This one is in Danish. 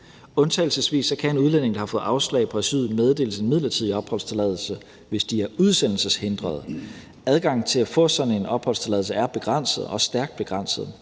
Undtagelsesvis kan en udlænding, der har fået afslag på asyl, meddeles en midlertidig opholdstilladelse, hvis de er udsendelseshindret. Adgangen til at få sådan en opholdstilladelse er begrænset, stærkt begrænset.